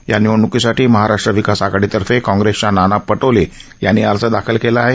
या निवडण्कीसाठी महाराष्ट्र विकास आघाडीतर्फे काँग्रेसच्या नाना पटोले यांनी अर्ज दाखल केला आहे